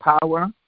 power